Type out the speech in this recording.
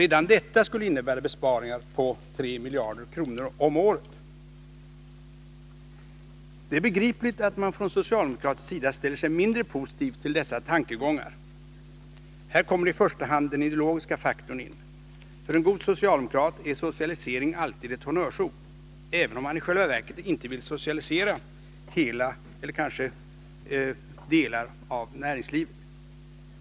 Redan detta skulle innebära besparingar på 3 miljarder kronor om året, Det är begripligt att man från socialdemokratisk sida ställer sig mindre positiv till dessa tankegångar. Här kommer i första hand den ideologiska faktorn in. För en god socialdemokrat är socialisering alltid ett honnörsord, även om mani själva verket inte vill socialisera hela utan kanske bara delar av näringslivet.